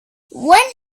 when